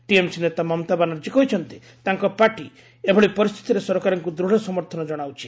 TMC ନେତା ମମତା ବାନାର୍ଜୀ କହିଛନ୍ତି ତାଙ୍କ ପାର୍ଟି ଏଭଳି ପରିସ୍ଥିତିରେ ସରକାରଙ୍କୁ ଦୂଢ଼ ସମର୍ଥନ ଜଣାଉଛି